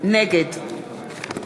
נגד